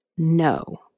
No